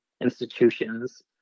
institutions